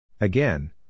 Again